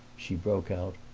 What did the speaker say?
she broke out,